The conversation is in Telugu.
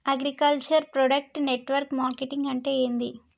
అగ్రికల్చర్ ప్రొడక్ట్ నెట్వర్క్ మార్కెటింగ్ అంటే ఏంది?